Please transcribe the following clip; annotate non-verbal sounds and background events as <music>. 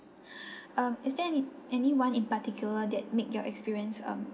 <breath> um is there any anyone in particular that made your experience um